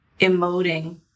emoting